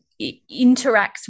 interacts